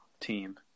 team